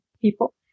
people